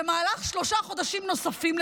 במהלך שלושה חודשים נוספים,